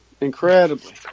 incredibly